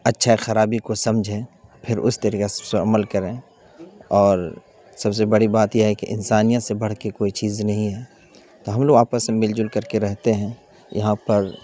اچھا خرابی کو سمجھیں پھر اس طریقے سے اس پہ عمل کریں اور سب سے بڑی بات یہ ہے کہ انسانیت سے بڑھ کے کوئی چیز نہیں ہے تو ہم لوگ آپس میں مل جل کر کے رہتے ہیں یہاں پر